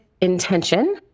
intention